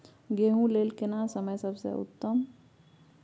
गेहूँ लेल केना समय सबसे उत्तम?